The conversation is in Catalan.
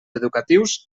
educatius